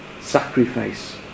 sacrifice